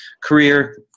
career